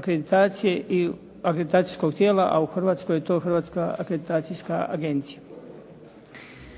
akreditacije i akreditacijsko tijela, a u Hrvatskoj je to Hrvatska akreditacijska agencija.